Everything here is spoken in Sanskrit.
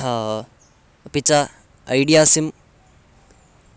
हा अपि च ऐडिया सिम्